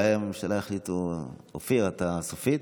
אולי הממשלה יחליטו, אופיר, אתה, סופית?